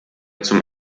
zum